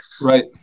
Right